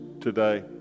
today